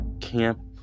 camp